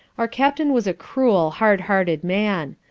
our captain was a cruel hard-hearted man.